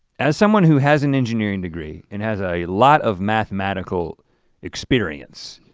as someone who has an engineering degree and has a lot of mathematical experience,